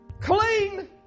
clean